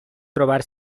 trobar